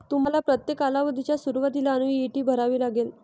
तुम्हाला प्रत्येक कालावधीच्या सुरुवातीला अन्नुईटी भरावी लागेल